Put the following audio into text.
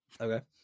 Okay